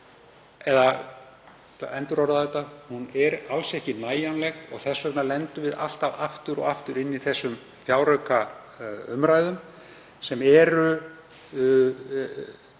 er alls ekki nægjanleg og þess vegna lendum við alltaf aftur og aftur í þessum fjáraukaumræðum. Þetta er